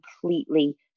completely